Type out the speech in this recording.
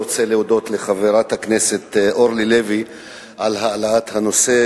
אני רוצה להודות לחברת הכנסת אורלי לוי על העלאת הנושא,